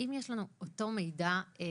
האם יש לנו את אותו מידע במערכת,